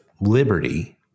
liberty